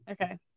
Okay